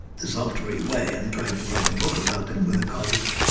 desultory way, i'm trying to write a book about it with a colleague.